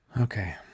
Okay